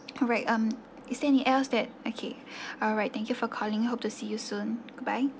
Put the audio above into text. alright um is there any else that okay alright thank you for calling hope to see you soon goodbye